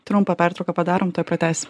trumpą pertrauką padarom tuoj pratęsim